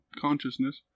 consciousness